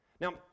Now